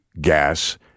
gas